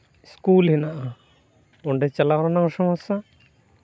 school ᱦᱮᱱᱟᱜᱼᱟ ᱚᱸᱰᱮ ᱪᱟᱞᱟᱜ ᱨᱮᱱᱟᱜ ᱦᱚᱸ ᱥᱚᱢᱚᱥᱥᱟ